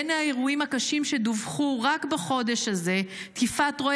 בין האירועים הקשים שדווחו רק בחודש הזה: תקיפת רועה